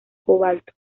cobalto